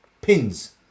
Pins